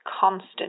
constant